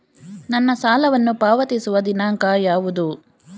ನನ್ನ ಸಾಲವನ್ನು ಪಾವತಿಸುವ ದಿನಾಂಕ ಯಾವುದು?